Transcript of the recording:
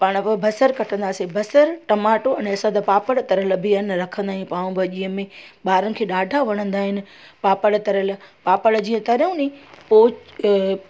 पाणि ब बसर कटंदासीं बसर टमाटो हुनजे साथ पापड़ तरियल बि आहे न रखंदा आहियूं पाव भाॼीअ में ॿारनि खे ॾाढा वणंदा आहिनि पापड़ तरियल पापड़ जीअं तरियोनी पोइ